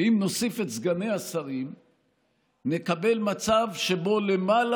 ואם נוסיף את סגני השרים נקבל מצב שבו למעלה